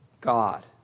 God